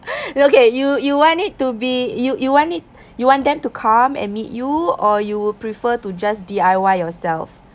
okay you you want it to be you you want it you want them to come and meet you or you prefer to just D_I_Y yourself